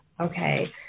Okay